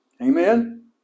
Amen